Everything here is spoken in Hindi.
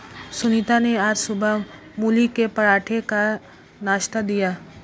सुनीता ने आज सुबह मूली के पराठे का नाश्ता दिया